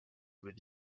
with